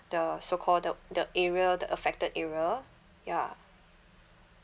the so call the the area the affected area ya